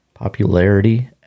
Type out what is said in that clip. popularity